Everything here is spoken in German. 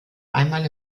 einmal